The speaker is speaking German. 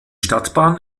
stadtbahn